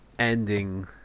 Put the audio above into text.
ending